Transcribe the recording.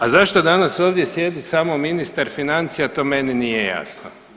A zašto danas ovdje sjedi samo ministar financija to meni nije jasno.